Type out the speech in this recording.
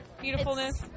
beautifulness